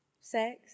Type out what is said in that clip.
sex